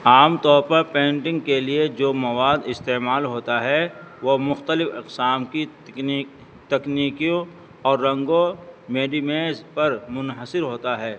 عام طور پر پینٹنگ کے لیے جو مواد استعمال ہوتا ہے وہ مختلف اقسام کی تکنیکیوں اور رنگوں میڈیمیز پر منحصر ہوتا ہے